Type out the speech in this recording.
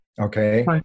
Okay